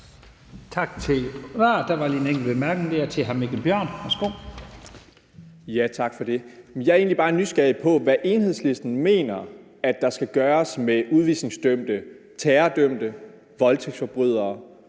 Jensen): Der er lige en enkelt bemærkning fra hr. Mikkel Bjørn. Værsgo. Kl. 12:30 Mikkel Bjørn (DF): Tak for det. Jeg er egentlig bare nysgerrig på, hvad Enhedslisten mener at der skal gøres med udvisningsdømte terrordømte, voldtægtsforbrydere,